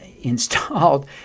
installed